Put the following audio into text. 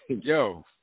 Yo